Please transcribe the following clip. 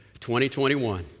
2021